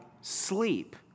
sleep